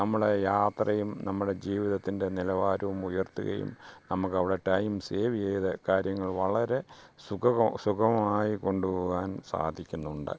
നമ്മളെ യാത്രയും നമ്മുടെ ജീവിതത്തിൻ്റെ നിലവാരവും ഉയർത്തുകയും നമ്മുക്കവിടെ ടൈം സേവ് ചെയ്ത് കാര്യങ്ങൾ വളരെ സുഗമമായി കൊണ്ടുപോവാൻ സാധിക്കുന്നുണ്ട്